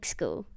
School